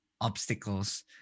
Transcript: obstacles